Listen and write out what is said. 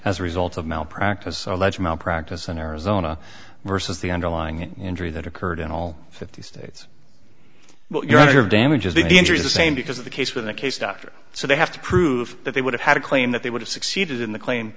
as a result of malpractise allege malpractise in arizona versus the underlying injury that occurred in all fifty states well your damages the injuries the same because of the case for the case doctor so they have to prove that they would have had a claim that they would have succeeded in the claim